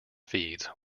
feeds